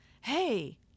Hey